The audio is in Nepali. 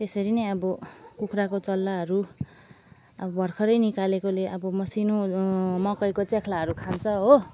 त्यसरी नै अब कुखुराको चल्लाहरू अब भर्खरै निकालेकोले अब मसिनो मकैको च्याँख्लाहरू खान्छ हो